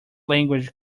language